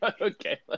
Okay